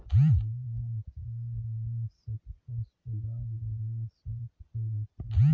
mummy अचार में शतपुष्प डाल देना, स्वाद खुल जाता है